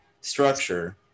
structure